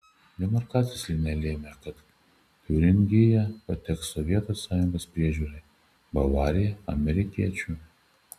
demarkacijos linija lėmė kad tiuringija pateks sovietų sąjungos priežiūrai bavarija amerikiečių